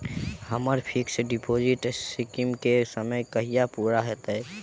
हम्मर fix deposit scheme केँ समय कहिया पूरा हैत?